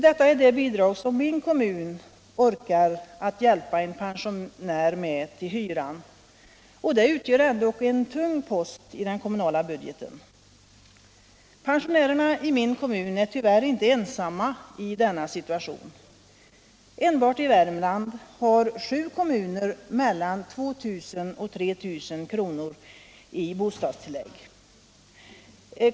Detta är det bidrag som min kommun orkar att hjälpa en pensionär med till hyran, och det utgör ändock en tung post i den kommunala budgeten. Pensionärerna i min kommun är tyvärr inte ensamma i denna situation. Enbart i Värmland har sju kommuner mellan 2 000 kr. och 3 000 kr. i bostadstillägg.